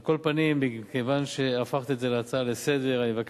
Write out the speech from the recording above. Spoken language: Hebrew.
על כל פנים, מכיוון שהפכת את זה להצעה לסדר-היום,